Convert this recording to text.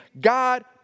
God